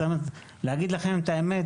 להגיד לכם את האמת?